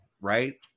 right